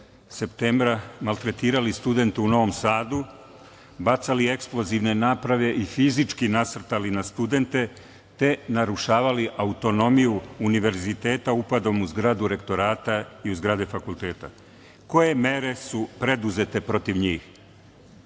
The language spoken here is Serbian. septembra maltretirali studente u Novom Sadu, bacali eksplozivne naprave i fizički nasrtali na studente, te narušavali autonomiju univerziteta upadajući u zgradu Rektorata i zgrade fakulteta, koje mere su preduzete protiv njih? Drugo